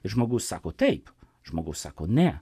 žmogus sako taip žmogus sako ne